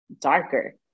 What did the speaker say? darker